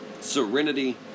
serenity